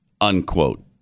unquote